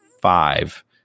five